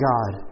God